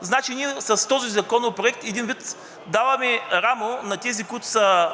Значи ние с този законопроект един вид даваме рамо на тези, които са